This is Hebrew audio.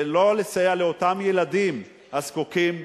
ולא לסייע לאותם ילדים זקוקים,